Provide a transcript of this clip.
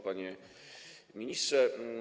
Panie Ministrze!